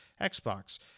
Xbox